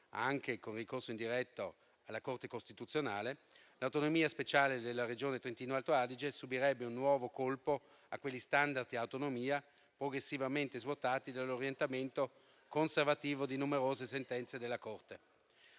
anche con ricorso indiretto alla Corte costituzionale, l'autonomia speciale della Regione Trentino-Alto Adige subirebbe un nuovo colpo a quegli *standard* di autonomia progressivamente svuotati dall'orientamento conservativo di numerose sentenze della Corte.